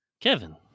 Kevin